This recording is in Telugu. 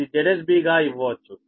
ఇది ZsB గా ఇవ్వవచ్చు